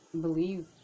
believe